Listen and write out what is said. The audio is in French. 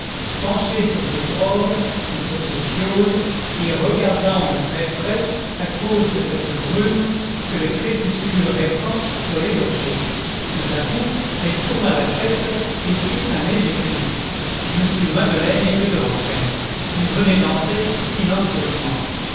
penchée sur ses drogues et sur ses fioles et regardant de très près à cause de cette brume que le crépuscule répand sur les objets tout à coup elle tourna la tête et fit un léger cri m madeleine était devant elle il venait d'entrer silencieusement